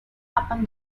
upon